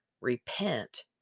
repent